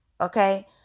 Okay